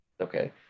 Okay